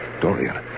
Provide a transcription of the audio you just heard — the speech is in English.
Dorian